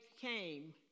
came